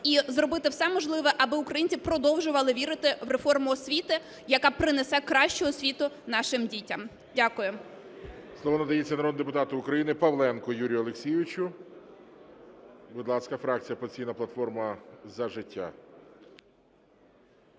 і зробити все можливе, аби українці продовжували вірити в реформу освіти, яка принесе кращу освіту нашим дітям. Дякую. ГОЛОВУЮЧИЙ. Слово надається народному депутату України Павленку Юрію Олексійовичу. Будь ласка, фракція "Опозиційна платформа – За життя".